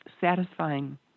satisfying